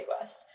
West